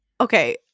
okay